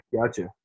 gotcha